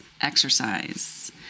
exercise